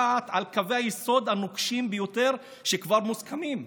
הדעת מקווי היסוד הנוקשים ביותר, שכבר מוסכמים: